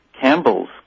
Campbell's